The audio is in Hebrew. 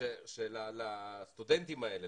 של הסטודנטים האלה,